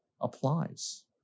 applies